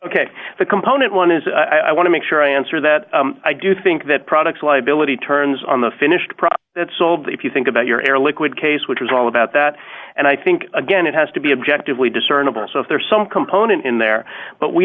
ok the component one is i want to make sure i answer that i do think that product liability turns on the finished product that's all that if you think about your air liquid case which is all about that and i think again it has to be objective we discernible so if there's some component in there but we